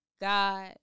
God